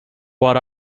what